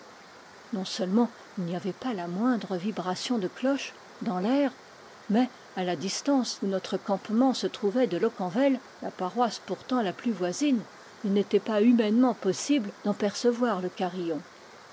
non seulement il n'y avait pas la moindre vibration de cloches dans l'air mais à la distance où notre campement se trouvait de locquenvel la paroisse pourtant la plus voisine il n'était pas humainement possible d'en perce voir le carillon